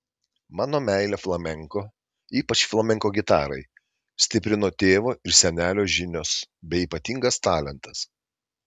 mano meilę flamenko ypač flamenko gitarai stiprino tėvo ir senelio žinios bei ypatingas talentas